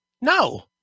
No